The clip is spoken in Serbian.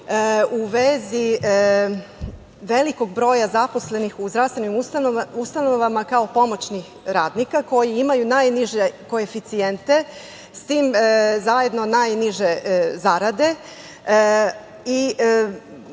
u vezi velikog broja zaposlenih u zdravstvenim ustanovama kao pomoćnih radnika koji imaju najniže koeficijente, a s tim zajedno i najniže zarade. Povukla